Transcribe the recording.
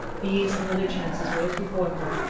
these and other chances rose before her,